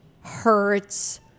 hurts